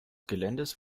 geländes